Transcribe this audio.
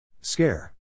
Scare